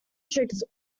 tricks